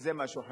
זה משהו אחר.